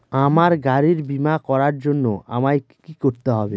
আমার গাড়ির বীমা করার জন্য আমায় কি কী করতে হবে?